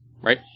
right